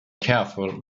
careful